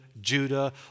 Judah